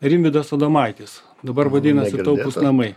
rimvydas adomaitis dabar vadinasi taupūs namai